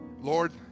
Lord